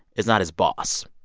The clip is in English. is not his boss.